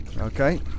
Okay